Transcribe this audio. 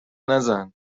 نزن